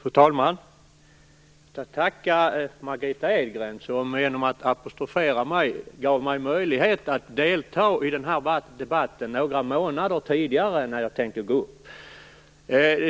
Fru talman! Jag tackar Margitta Edgren som genom att apostrofera mig gav mig möjlighet att delta i denna debatt några månader tidigare än jag hade tänkt.